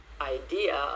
idea